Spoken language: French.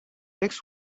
textes